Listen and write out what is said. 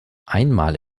einmal